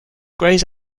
grays